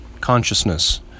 consciousness